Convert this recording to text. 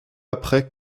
après